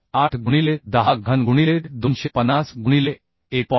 8 गुणिले 10 घन गुणिले 250 गुणिले 1